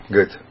Good